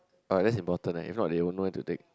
but that's important eh if not they won't know where to take